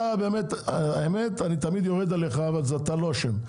אתה, האמת, אני תמיד יורד עליך אבל אתה לא אשם,